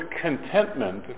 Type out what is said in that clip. contentment